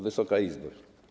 Wysoka Izbo!